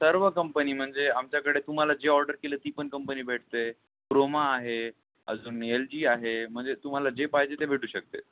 सर्व कंपनी म्हणजे आमच्याकडे तुम्हाला जे ऑर्डर केलं ती पण कंपनी भेटते य क्रोमा आहे अजून एल जी आहे म्हणजे तुम्हाला जे पाहिजे ते भेटू शकते आहे